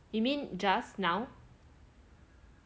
you mean just now